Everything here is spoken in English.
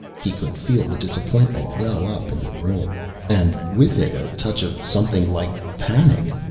he could feel the disappointment well up in the room and with it a touch of something like panic.